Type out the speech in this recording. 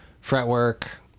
fretwork